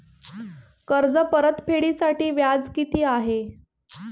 कर्ज परतफेडीसाठी व्याज किती आहे?